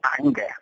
anger